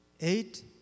eight